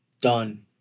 Done